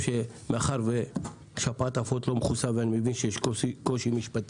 מאחר ששפעת העופות לא מכוסה ואני מבין שיש קושי משפטי